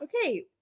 Okay